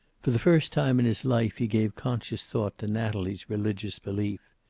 for the first time in his life he gave conscious thought to natalie's religious belief.